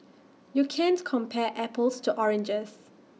you can't compare apples to oranges